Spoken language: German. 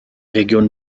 region